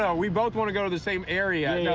yeah we both want to go to the same area. yeah